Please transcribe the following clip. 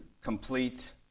Complete